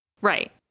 Right